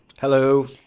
Hello